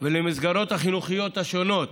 ולמסגרות החינוכיות השונות